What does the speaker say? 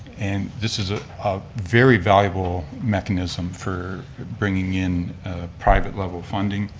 and this is ah a very valuable mechanism for bringing in a private level funding,